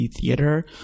Theater